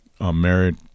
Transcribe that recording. married